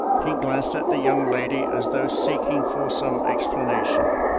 he glanced at the young lady as though seeking for some explanation.